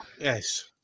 Yes